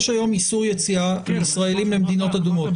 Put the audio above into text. יש היום איסור יציאת ישראלים למדינות אדומות.